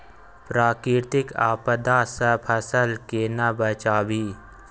प्राकृतिक आपदा सं फसल केना बचावी?